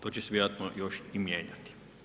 To će se vjerojatno još i mijenjati.